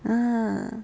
ah